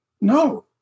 No